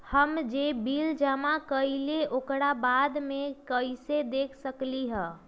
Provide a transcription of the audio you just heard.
हम जे बिल जमा करईले ओकरा बाद में कैसे देख सकलि ह?